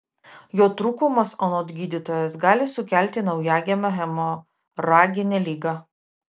jo trūkumas anot gydytojos gali sukelti naujagimio hemoraginę ligą